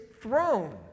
throne